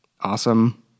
awesome